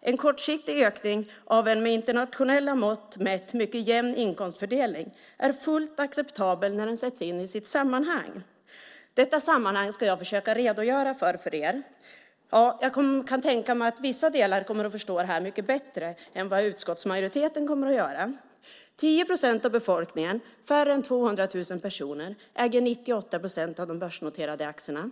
En kortsiktig ökning av en med internationella mått mätt mycket jämn inkomstfördelning är fullt acceptabel när den sätts in i sitt sammanhang. Detta sammanhang ska jag försöka redogöra för. Jag kan tänka mig att vissa av er kommer att förstå det här mycket bättre än utskottsmajoriteten. 10 procent av befolkningen, färre än 200 000 personer, äger 98 procent av de börsnoterade aktierna.